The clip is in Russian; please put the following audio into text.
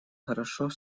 хорошо